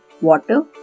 water